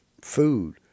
food